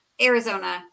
Arizona